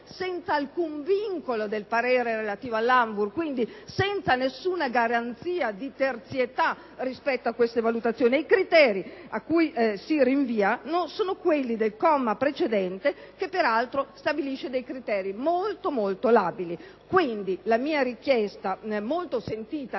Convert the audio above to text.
cioè, alcun vincolo del parere dell'ANVUR e - quindi - nessuna garanzia di terzietà rispetto a tali valutazioni. I criteri a cui si rinvia sono quelli del comma precedente, che per altro stabilisce dei criteri molto, ma molto labili. Pertanto la richiesta - molto sentita